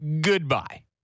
goodbye